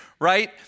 right